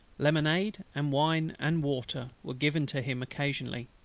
lemonade, and wine and water, were given to him occasionally.